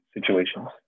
situations